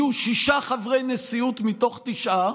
יהיו שישה חברי נשיאות מתוך תשעה,